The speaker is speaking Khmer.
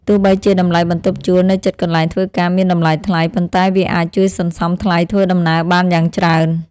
ទោះបីជាតម្លៃបន្ទប់ជួលនៅជិតកន្លែងធ្វើការមានតម្លៃថ្លៃ ប៉ុន្តែវាអាចជួយសន្សំថ្លៃធ្វើដំណើរបានយ៉ាងច្រើន។